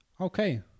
Okay